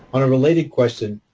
on a related question,